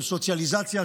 של סוציאליזציה,